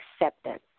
acceptance